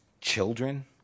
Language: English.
children